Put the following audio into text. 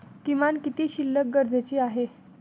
किमान किती शिल्लक गरजेची आहे?